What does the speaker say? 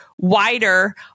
wider